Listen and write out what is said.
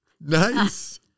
Nice